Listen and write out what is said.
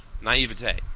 naivete